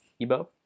Ebo